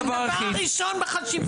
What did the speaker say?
הדבר הראשון בחשיבות.